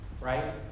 right